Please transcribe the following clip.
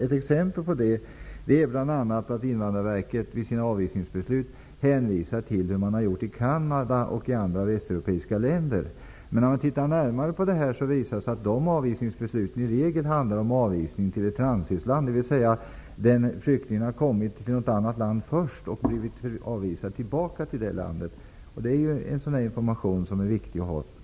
Ett exempel på det är bl.a. att Invandrarverket vid sina avvisningsbeslut hänvisar till hur man har gjort i Canada och andra västeuropeiska länder. Men om man tittar närmare visar det sig att det i dessa avvisningsbeslut i regel handlar om avvisning till ett transitland, dvs. flyktingen har kommit till ett annat land först och blivit avvisad tillbaka till det landet. Det är en information som är viktig att ha.